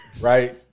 right